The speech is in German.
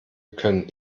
können